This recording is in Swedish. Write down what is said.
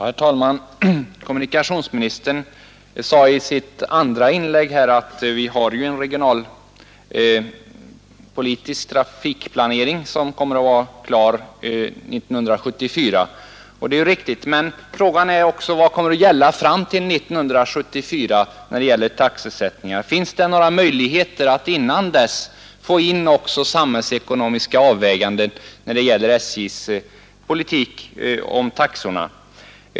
Herr talman! Kommunikationsministern sade i sitt andra inlägg att vi har en regionalpolitisk trafikplanering som kommer att vara klar 1974. Det är riktigt, men frågan är också: Vad kommer att gälla fram till 1974 beträffande taxesättningar? Finns det någon möjlighet att innan dess få in också samhällsekonomiska avväganden när det gäller SJ:s taxepolitik?